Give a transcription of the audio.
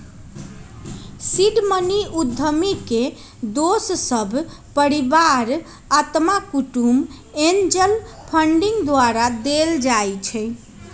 seed money उद्यमी के दोस सभ, परिवार, अत्मा कुटूम्ब, एंजल फंडिंग द्वारा देल जाइ छइ